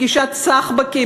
פגישת סחבקים,